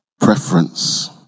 preference